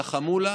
של החמולה.